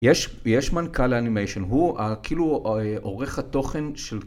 יש מנכ"ל לאנימיישן. הוא כאילו עורך התוכן של...